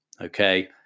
okay